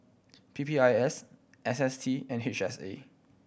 P P I S S S T and H S A